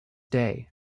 day